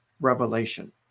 revelation